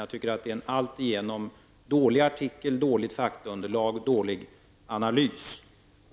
Jag tycker att det är en alltigenom dålig artikel med ett dåligt faktaunderlag och en dålig analys.